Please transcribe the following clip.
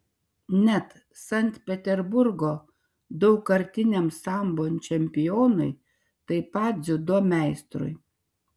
net sankt peterburgo daugkartiniam sambo čempionui taip pat dziudo meistrui